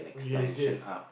yes yes